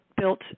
built